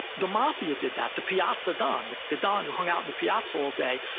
the mafia did that the piazza don, the the don who hung out in the piazza all day,